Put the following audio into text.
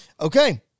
Okay